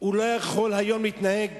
לא יכול היום להתנהג